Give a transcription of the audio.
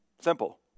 Simple